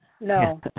No